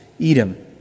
Edom